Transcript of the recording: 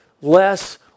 less